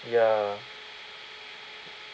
ya